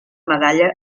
medalla